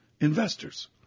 investors